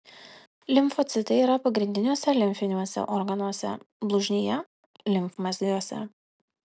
limfocitai yra pagrindiniuose limfiniuose organuose blužnyje limfmazgiuose